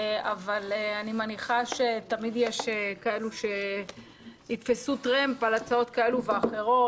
אבל אני מניחה שתמיד יש כאלו שיתפסו טרמפ על הצעות כאלה ואחרות.